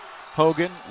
Hogan